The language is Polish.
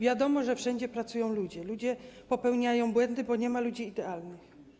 Wiadomo, że wszędzie pracują ludzie, a ludzie popełniają błędy, bo nie ma ludzi idealnych.